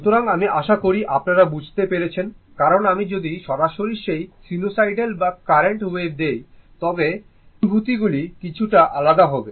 সুতরাং আমি আশা করি আপনারা বুঝতে পেরেছেন কারণ আমি যদি সরাসরি সেই সাইনুসোইডাল বা কারেন্ট ওয়েভ দিই তবে অনুভূতিগুলি কিছুটা আলাদা হবে